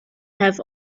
have